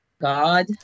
God